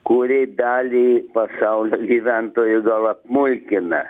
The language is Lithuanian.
kuri dalį pasaulio gyventojų gal apmulkina